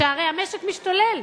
שהרי המשק משתולל.